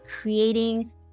creating